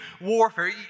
warfare